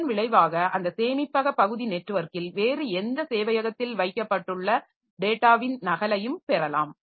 இதன் விளைவாக அந்த சேமிப்பக பகுதி நெட்வொர்க்கில் வேறு எந்த சேவையகத்தில் வைக்கப்பட்டுள்ள டேட்டாவின் நகலையும் பெறலாம்